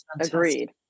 Agreed